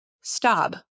stop